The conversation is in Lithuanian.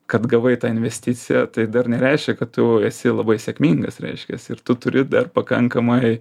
kad gavai tą investiciją tai dar nereiškia kad tu jau esi labai sėkmingas reiškias ir tu turi dar pakankamai